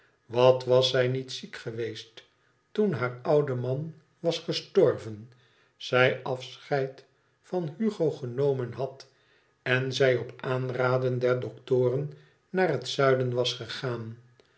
wat was zij niet ziek geweest toen haar ouden man was gestorven zij afscheid van hugo genomen had en zij op aanraden der doktoren naar het zuiden was gegaan